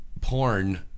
porn